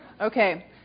Okay